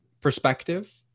perspective